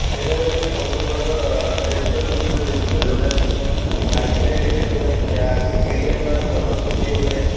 ଖେଳ ହେଉଛି ସବୁଠାରୁ ବଡ଼ ଟେନସନ୍ମୁକ୍ତ ଜିନିଷ ଯେଉଁଟାକି ଆଜିକା ରେଟରେ ଯେଉଁଟାକି ଆ ଖେଳିବା ଦ୍ୱାରା ମନ ଫୁର୍ତ୍ତି ହୁଏ